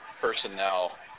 personnel